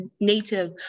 native